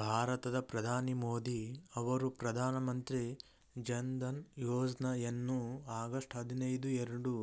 ಭಾರತದ ಪ್ರಧಾನಿ ಮೋದಿ ಅವರು ಪ್ರಧಾನ ಮಂತ್ರಿ ಜನ್ಧನ್ ಯೋಜ್ನಯನ್ನು ಆಗಸ್ಟ್ ಐದಿನೈದು ಎರಡು